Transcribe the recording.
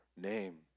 name